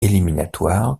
éliminatoires